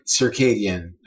circadian